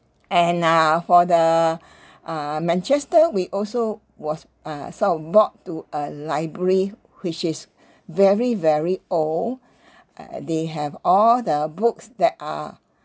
and uh for the uh manchester we also was uh sort of walk to a library which is very very old uh they have all the books that are